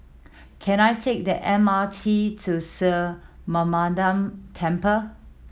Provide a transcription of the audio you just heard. can I take the M R T to Mariamman Temple